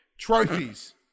trophies